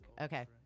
Okay